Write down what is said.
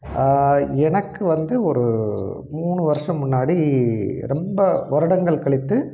எனக்கு வந்து ஒரு மூணு வருஷம் முன்னாடி ரொம்ப வருடங்கள் கழித்து